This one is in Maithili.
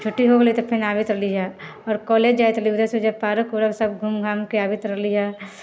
छुट्टी हो गेलै तऽ फेर आबैत रहली हँ आओर कॉलेज जाइत रहली हँ उधरसँ जब पार्क उरक सब घुमघामके आबैत रहली हँ